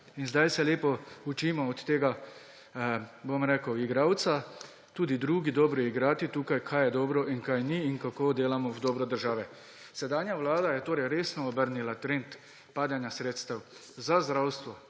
In zdaj se od tega igralca lepo učimo tudi drugi dobro igrati tukaj, kaj je dobro in kaj ni in kako delamo v dobro države. Sedanja vlada je torej resno obrnila trend padanja sredstev za zdravstvo,